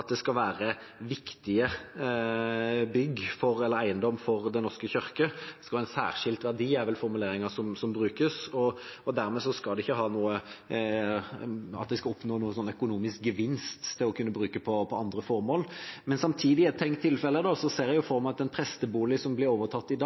at det skal være viktige bygg eller viktig eiendom for Den norske kirke – «særskilt verdi» er vel formuleringen som brukes. Dermed skal en ikke oppnå noen økonomisk gevinst til å kunne bruke på andre formål. Samtidig, i et tenkt tilfelle, ser jeg for meg at en prestebolig som blir overtatt i dag, potensielt ikke nødvendigvis er så